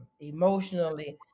emotionally